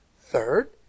Third